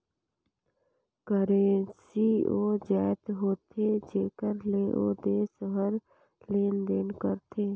currency ओ जाएत होथे जेकर ले ओ देस हर लेन देन करथे